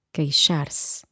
Queixar-se